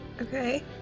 Okay